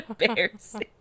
embarrassing